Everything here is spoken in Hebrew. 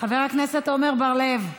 חבר הכנסת עמר בר-לב,